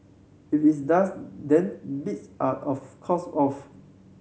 if is does then beats are of course off